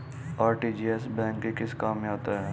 RTGS bank के किस काम में आता है?